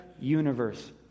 universe